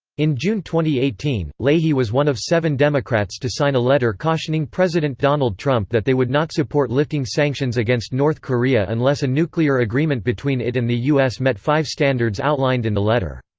in june two eighteen, leahy was one of seven democrats to sign a letter cautioning president donald trump that they would not support lifting sanctions against north korea unless a nuclear agreement between it and the us met five standards outlined in the letter.